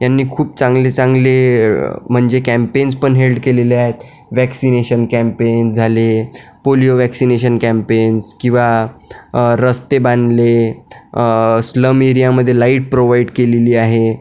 यांनी खूप चांगले चांगले म्हणजे कॅम्पेन्सपण हेल्ड केलेले आहेत वॅक्सिनेशन कॅम्पेन झाले पोलिओ वॅक्सिनेशन कॅम्पेन्स किंवा रस्ते बांधले स्लम एरियामध्ये लाईट प्रोवाईट केलेली आहे